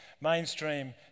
mainstream